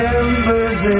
embers